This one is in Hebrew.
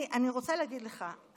אני רוצה להגיד לך,